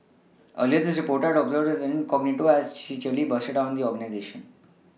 earlier this reporter had observed her incognito as she cheerily bustled around the organisation